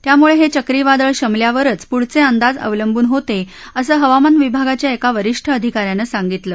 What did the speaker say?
त्यामुळे हे चक्रीवादळ शमल्यावरच पुढचे अंदाज अवलंबून होते असं हवामान विभागाच्या एका वरीष्ठ अधिकाऱ्यानं सांगितलं